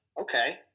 okay